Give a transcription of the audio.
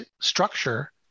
structure